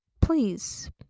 please